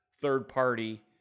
third-party